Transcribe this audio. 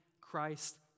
Christ